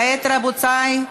כעת, רבותיי,